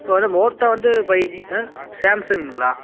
இப்போ வந்து மோட்டோ வந்து ஃபை ஜி ஆ சாம்சங்குளா